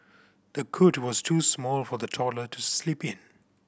the cot was too small for the toddler to sleep in